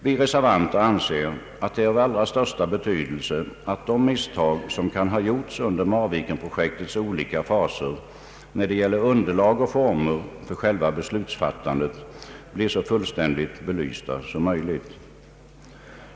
Vi reservanter anser att det är av allra största betydelse att de misstag som kan ha gjorts under Marvikenprojektets olika faser när det gäller underlag och former för själva beslutsfattandet blir så fullständigt belysta som möjligt.